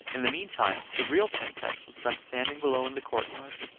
in the meantime the real princess was left standing below in the courtyard.